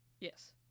Yes